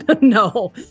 No